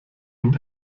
nun